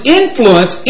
influence